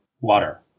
water